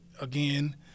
again